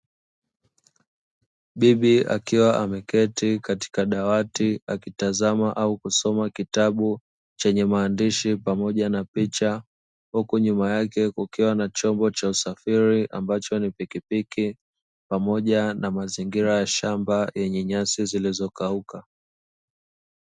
Bibi akiwa ameketi Katika dawati akitazama au kusoma kitabu chenye maandishi pamoja na picha. Huku nyuma yake kukiwa na chombo cha usafiri ambacho ni pikipiki pamoja na mazingira ya shamba yenye nyasi zilizokauka.